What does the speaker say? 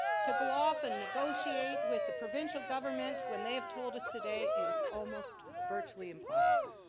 to go off and negotiate with the provincial government when they have told us today it is almost virtually impossible,